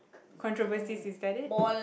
controversies is that it